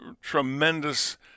tremendous